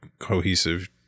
cohesive